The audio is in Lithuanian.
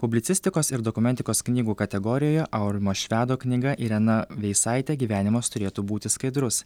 publicistikos ir dokumentikos knygų kategorijoje aurimo švedo knyga irena veisaitė gyvenimas turėtų būti skaidrus